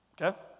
okay